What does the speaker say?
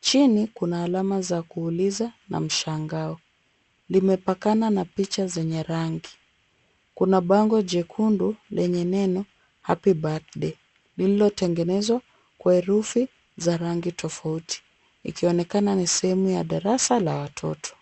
Chini kuna alama za kuuliza na mshangao. Limepakana na picha zenye rangi. Kuna bango jekundu lenye neno happy birthday lililotengenezwa kwa herufi za rangi tofauti ikionekana ni sehemu ya darasa la watoto.